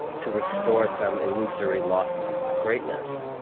to restore some illusory, lost greatness.